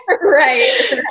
Right